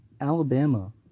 Alabama